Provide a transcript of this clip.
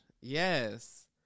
Yes